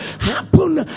happen